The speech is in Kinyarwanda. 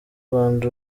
rwanda